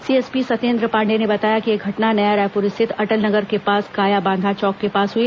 CSP Satyendra Pandey ने बताया कि यह घटना नया रायपुर स्थित अटल नगर के पास कायाबांधा चौक के पास हई